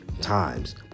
times